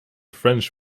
french